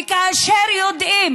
כאשר יודעים